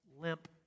limp